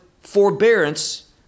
forbearance